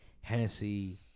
Hennessy